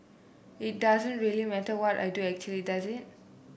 it doesn't really matter what I do actually does it